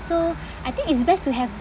so I think it's best to have